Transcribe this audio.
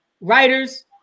writers